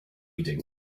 reading